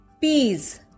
peas